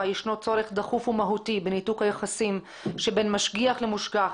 ישנו צורך דחוף ומהותי בניתוק היחסים שבין משגיח למושגח,